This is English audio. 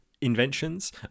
inventions